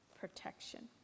Protection